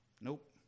Nope